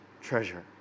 treasure